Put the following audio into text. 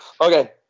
okay